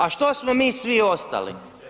A što smo mi svi ostali?